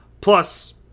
plus